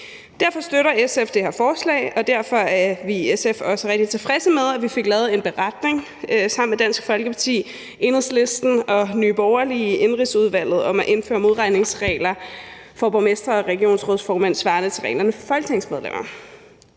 Derfor støtter SF det her forslag, og derfor er vi i SF også rigtig tilfredse med, at vi fik lavet en beretningstekst sammen med Dansk Folkeparti, Enhedslisten og Nye Borgerlige i Social- og Indenrigsudvalget om at indføre modregningsregler for borgmestre og regionsrådsformænd svarende til reglerne for folketingsmedlemmer.